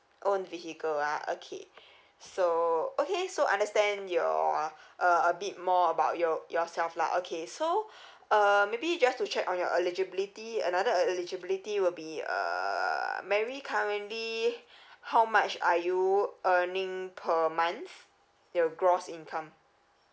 own vehicle ah okay so okay so understand your uh a bit more about your yourself lah okay so uh maybe just to check on your eligibility another eligibility will be err mary currently how much are you earning per month your gross income